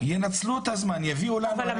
ינצלו את הזמן, יביאו לנו.